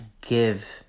give